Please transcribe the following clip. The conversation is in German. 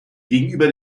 gegenüber